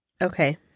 Okay